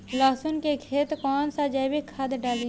लहसुन के खेत कौन सा जैविक खाद डाली?